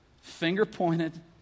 Finger-pointed